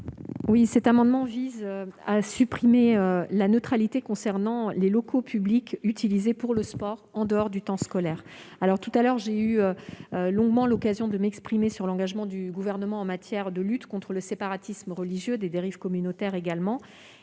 Cet amendement vise à supprimer la mention de la neutralité des locaux publics utilisés pour le sport en dehors du temps scolaire. J'ai eu longuement l'occasion de m'exprimer sur l'engagement du Gouvernement en matière de lutte contre le séparatisme religieux et les dérives communautaires.